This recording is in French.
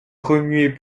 remuait